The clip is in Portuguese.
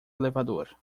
elevador